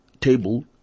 table